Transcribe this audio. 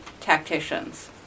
tacticians